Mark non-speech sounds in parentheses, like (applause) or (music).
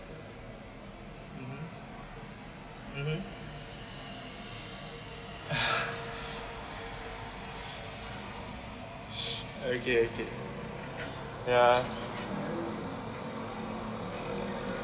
mmhmm mmhmm (laughs) (noise) okay okay ya